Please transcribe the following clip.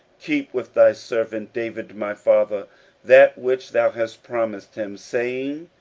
keep with thy servant david my father that which thou hast promised him, saying,